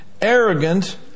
arrogant